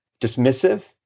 dismissive